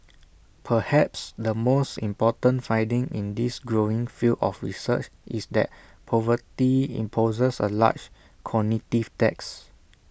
perhaps the most important finding in this growing field of research is that poverty imposes A large cognitive tax